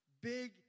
Big